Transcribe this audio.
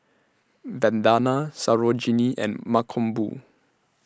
Vandana Sarojini and Mankombu